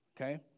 Okay